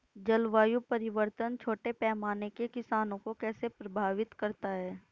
जलवायु परिवर्तन छोटे पैमाने के किसानों को कैसे प्रभावित करता है?